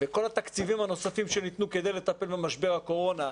בכל התקציבים הנוספים שניתנו כדי לטפל במשבר הקורונה,